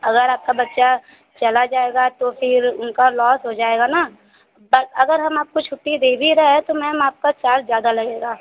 अगर आपका बच्चा चला जाएगा तो फिर उनका लॉस हो जाएगा ना बट अगर हम आपको छुट्टी दे भी रहे हैं तो मैम आपका साल ज़्यादा लगेगा